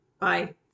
Bye